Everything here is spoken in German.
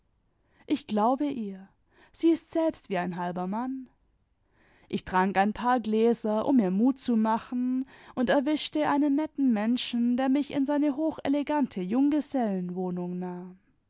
ich glaube ihr sie ist selbst wie ein halber mann ich trank ein paar gläser um mir mut zu machen und erwischte einen netten menschen der mich in seine hochelegante junggesellenwohnung nahm